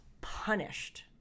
punished